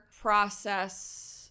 process